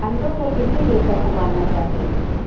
انڈوں کو کتنی دیر تک ابالنا چاہیے